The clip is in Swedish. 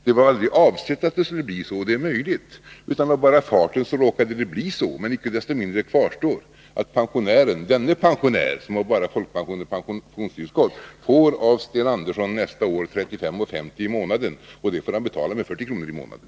Det var inte avsett att det skulle bli så, men av bara farten råkade det bli så. Icke desto mindre kvarstår det faktum att den pensionär som har bara folkpension och pensionstillskott av Sten Andersson nästa år får 35:50 kr. mer i månaden, och det får han betala med 40 kr. i månaden.